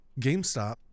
GameStop